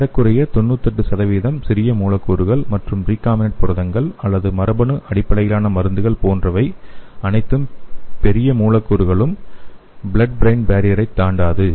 ஏறக்குறைய 98 சிறிய மூலக்கூறுகள் மற்றும் ரீ காம்பினன்ட் புரதங்கள் அல்லது மரபணு அடிப்படையிலான மருந்துகள் போன்ற அனைத்து பெரிய மூலக்கூறுகளும் ப்ளட் ப்ரெயின் பேரியரைத் தாண்டாது